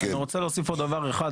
אני רוצה להוסיף עוד דבר אחד,